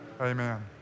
Amen